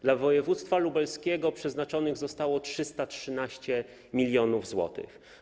Dla województwa lubelskiego przeznaczonych zostało 313 mln zł.